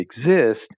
exist